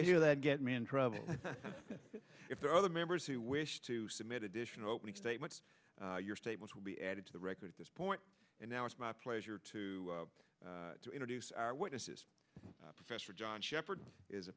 were here that get me in trouble if there are other members who wish to submit additional opening statements your statements will be added to the record at this point and now it's my pleasure to introduce our witnesses professor john sheppard is a